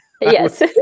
Yes